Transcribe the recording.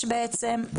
5